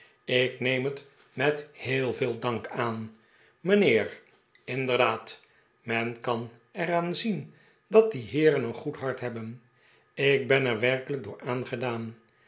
ik neem het met heel veel dank aan mijnheer inderdaad men kan er aan zien dat die heeren een goed hart hebben ik ben er werkelijk door aangedaan